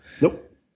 Nope